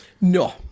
no